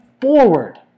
forward